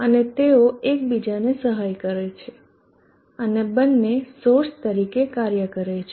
અને તેઓ એકબીજાને સહાય કરે છે અને બંને સોર્સ તરીકે કાર્ય કરે છે